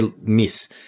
miss